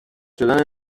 شدن